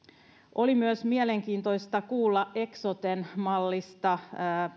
oli myös mielenkiintoista kuulla eksoten mallista